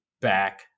back